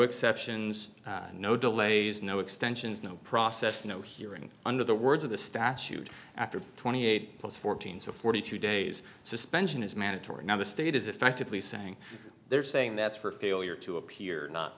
exceptions no delays no extensions no process no hearing under the words of the statute after twenty eight plus fourteen so forty two days suspension is mandatory now the state is effectively saying they're saying that's for failure to appear not